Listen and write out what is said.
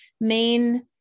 main